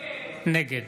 נגד